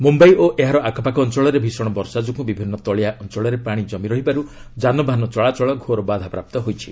ମୁମ୍ୟାଇ ଓ ଏହାର ଆଖପାଖ ଅଞ୍ଚଳରେ ଭିଷଣ ବର୍ଷା ଯୋଗୁଁ ବିଭିନ୍ନ ତଳିଆ ଅଞ୍ଚଳରେ ପାଣି କମି ରହିବାରୁ ଯାନବାହନ ଚଳାଚଳ ଘୋର ବାଧାପ୍ରାପ୍ତ ହୋଇଛି